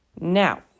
Now